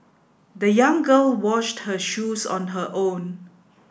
the young girl washed her shoes on her own